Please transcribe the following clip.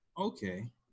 Okay